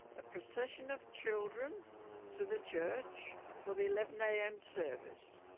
a procession of children to the church for the eleven a m. service.